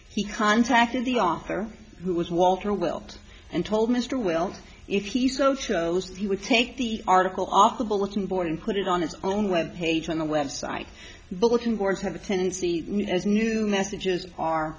he contacted the author who was walter well and told mr will if you go shows he would take the article off the bulletin board and put it on his own web page on the website bulletin boards have a tendency as new messages are